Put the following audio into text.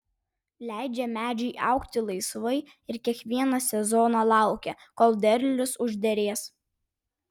leidžia medžiui augti laisvai ir kiekvieną sezoną laukia kol derlius užderės